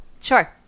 Sure